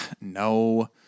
no